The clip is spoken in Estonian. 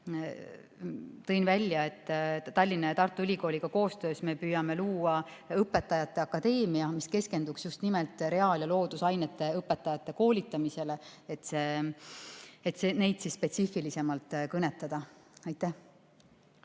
tõin välja, et Tallinna Ülikooli ja Tartu Ülikooliga koostöös me püüame luua õpetajate akadeemia, mis keskenduks just nimelt reaal‑ ja loodusainete õpetajate koolitamisele, et neid spetsiifilisemalt kõnetada. Aitäh!